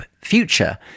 future